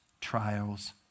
trials